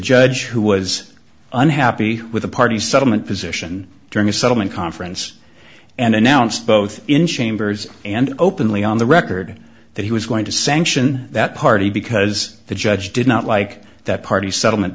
judge who was unhappy with the party settlement position during a settlement conference and announced both in chambers and openly on the record that he was going to sanction that party because the judge did not like that party settlement